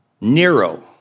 Nero